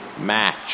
match